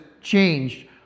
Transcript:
changed